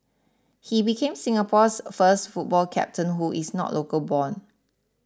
he became Singapore's first football captain who is not local born